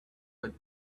but